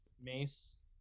Mace